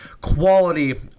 quality